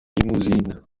limousine